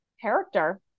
character